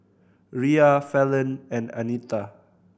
Riya Fallon and Anita